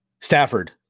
Stafford